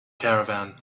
caravan